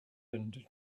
and